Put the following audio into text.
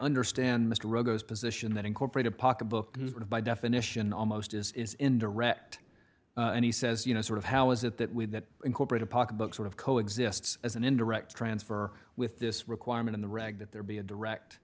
understand mr position that incorporated pocketbook is by definition almost as is in direct and he says you know sort of how is it that with that incorporated pocketbook sort of co exists as an indirect transfer with this requirement in the reg that there be a direct